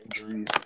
injuries